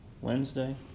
Wednesday